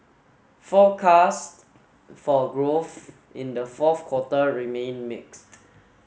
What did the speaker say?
forecasts for growth in the fourth quarter remain mixed